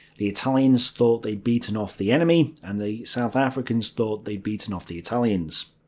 the italians thought they'd beaten off the enemy, and the south africans thought they'd beaten off the italians.